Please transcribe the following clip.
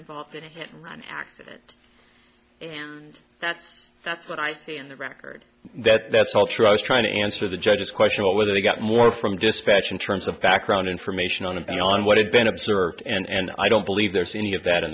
involved in a hit and run accident and that's that's what i see in the record that that's all true i was trying to answer the judge's question of whether they got more from dispatch in terms of background information on and on what had been observed and i don't believe there's any of that in